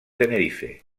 tenerife